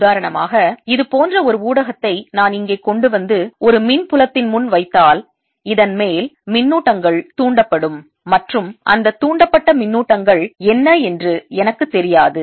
உதாரணமாக இது போன்ற ஒரு ஊடகத்தை நான் இங்கே கொண்டு வந்து ஒரு மின் புலத்தின் முன் வைத்தால் இதன்மேல் மின்னூட்டங்கள் தூண்டப்படும் மற்றும் அந்த தூண்டப்பட்ட மின்னூட்டங்கள் என்ன என்று எனக்குத் தெரியாது